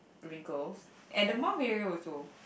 wrinkles at the mouth area also